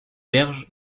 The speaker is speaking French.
berges